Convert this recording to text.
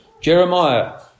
Jeremiah